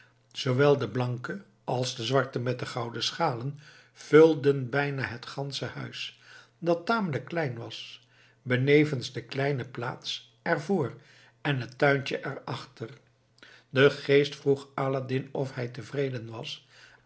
zoowel de blanke als de zwarte met de gouden schalen vulden bijna het gansche huis dat tamelijk klein was benevens de kleine plaats er vr en het tuintje er achter de geest vroeg aladdin of hij tevreden was